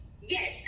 Yes